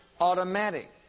automatic